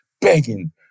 begging